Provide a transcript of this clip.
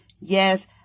Yes